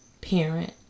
parent